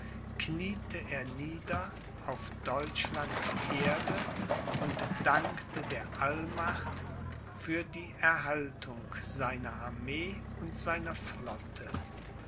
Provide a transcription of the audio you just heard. kniete er nieder auf deutschlands erde und dankte der allmacht für die erhaltung seiner armee und seiner flotte